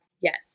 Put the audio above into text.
Yes